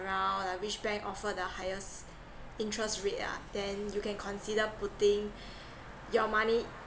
around like which bank offer the highest interest rate ah then you can consider putting your money